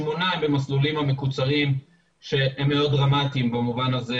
שמונה במסלולים המקוצרים שהם מאוד דרמטיים במובן הזה